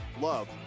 love